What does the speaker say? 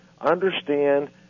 understand